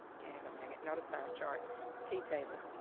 gag a maggot not a sign chart, a t-table.